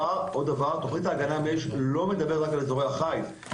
לומר שתוכנית ההגנה מאש לא מדברת רק אל אזורי החיץ,